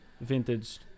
Vintage